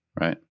right